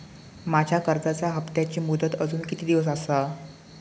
माझ्या कर्जाचा हप्ताची मुदत अजून किती दिवस असा?